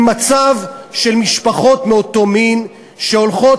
במצב של משפחות מאותו מין שהולכות